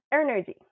energy